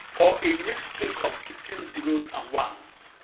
or a unique string of sixteen zeroes and ones.